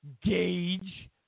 gauge